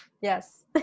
Yes